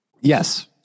Yes